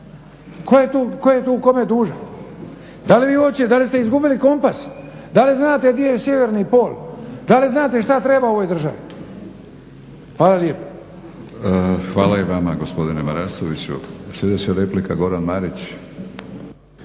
Hvala i vama gospodine Marasoviću. Sljedeća replika, Goran Marić.